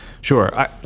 Sure